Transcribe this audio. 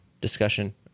discussion